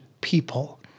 people